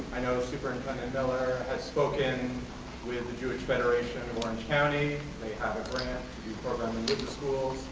i know superintendent miller has spoken with the jewish federation of orange county. they have a grant to do programs